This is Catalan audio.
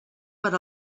per